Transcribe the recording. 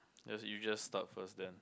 as you just start first then